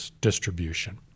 distribution